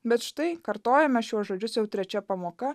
bet štai kartojame šiuos žodžius jau trečia pamoka